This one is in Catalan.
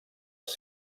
les